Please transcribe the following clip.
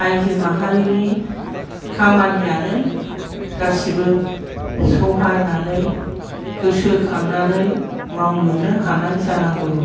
आयजो माहारिनि खामानियानो गासैबो सहायनानै गोसो खांनानै मावजोबनो हानाय जानांगौ